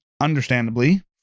understandably